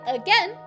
again